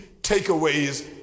takeaways